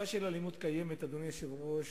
אדוני היושב-ראש,